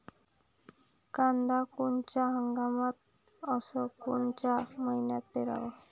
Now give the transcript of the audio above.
कांद्या कोनच्या हंगामात अस कोनच्या मईन्यात पेरावं?